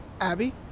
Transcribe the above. Abby